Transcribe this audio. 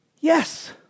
Yes